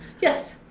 yes